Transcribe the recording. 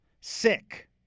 Sick